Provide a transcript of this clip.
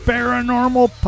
Paranormal